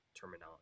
terminology